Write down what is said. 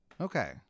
Okay